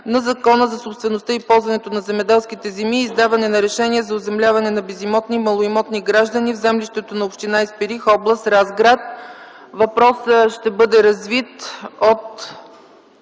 на Закона за собствеността и ползването на земеделските земи и издаването на решения за оземляване на безимотни и малоимотни граждани в землището на община Исперих, област Разград. Въпросът ще бъде развит от